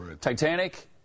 Titanic